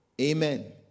Amen